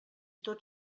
tot